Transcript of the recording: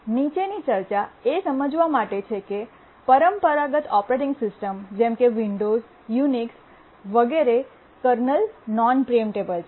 નીચેની ચર્ચા એ સમજવા માટે છે કે પરંપરાગત ઓપરેટિંગ સિસ્ટમ જેમ કે વિન્ડોઝ યુનિક્સ વગેરે કર્નલ નોન પ્રીએમ્પટેબલ છે